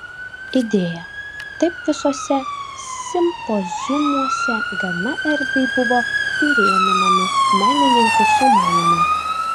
idėja taip visuose simpoziumuose gana erdviai buvo įrėminami menininkų sumanymai